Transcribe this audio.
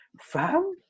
Fam